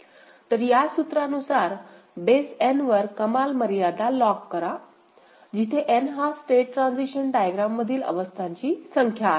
तर या सूत्रानुसार बेस एन वर कमाल मर्यादा लॉग करा जिथे N हा स्टेट ट्रान्झिशन डायग्राम मधील अवस्थांची संख्या आहे